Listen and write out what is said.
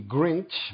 Grinch